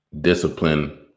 Discipline